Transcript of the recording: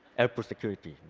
airport security.